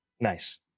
Nice